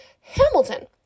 Hamilton